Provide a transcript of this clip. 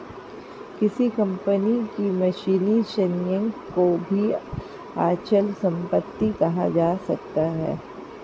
किसी कंपनी के मशीनी संयंत्र को भी अचल संपत्ति कहा जा सकता है